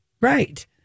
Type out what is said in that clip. Right